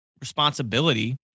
responsibility